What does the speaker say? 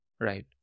Right